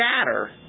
shatter